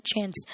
chance